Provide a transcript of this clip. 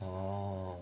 orh